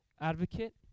advocate